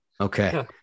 Okay